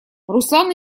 руслан